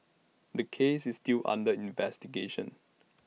the case is still under investigation